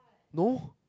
no